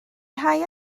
rhai